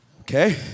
Okay